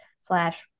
slash